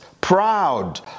proud